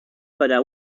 para